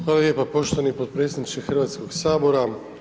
Hvala lijepa poštovani potpredsjedniče Hrvatskoga sabora.